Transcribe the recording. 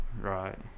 Right